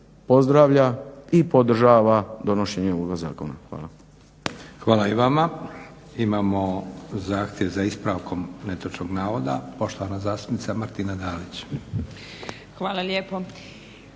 pozdravlja i podržava donošenje ovoga zakona. Hvala. **Leko, Josip (SDP)** Hvala i vama. Imamo zahtjev za ispravkom netočnog navoda. Poštovana zastupnica Martina Dalić. **Dalić,